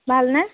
ভালনে